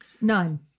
None